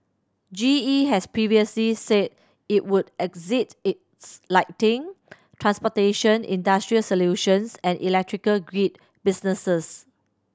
G E has previously said it would exit its lighting transportation industrial solutions and electrical grid businesses